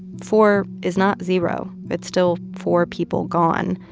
four is not zero. it's still four people gone.